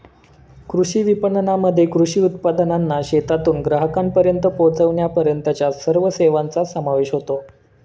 कृषी विपणनामध्ये कृषी उत्पादनांना शेतातून ग्राहकांपर्यंत पोचविण्यापर्यंतच्या सर्व सेवांचा समावेश होतो